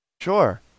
Sure